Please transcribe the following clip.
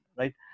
right